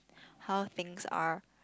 how things are